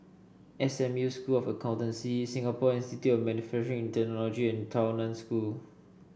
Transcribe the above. S M U School of Accountancy Singapore Institute of Manufacturing Technology and Tao Nan School